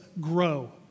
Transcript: grow